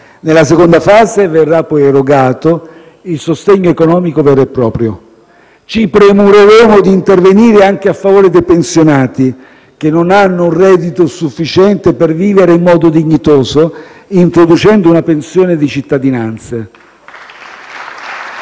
Nella seconda fase verrà poi erogato il sostegno economico vero e proprio. Ci premureremo di intervenire anche a favore dei pensionati che non hanno un reddito sufficiente per vivere in modo dignitoso, introducendo una pensione di cittadinanza.